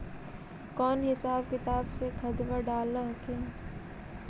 कौन हिसाब किताब से खदबा डाल हखिन?